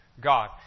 God